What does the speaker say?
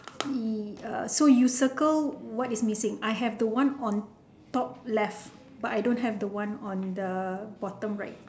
err so you circle what is missing I have the one on top left but I don't have the one on the bottom right